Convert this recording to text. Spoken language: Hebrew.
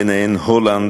ביניהן הולנד,